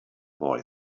boy